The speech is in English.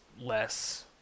less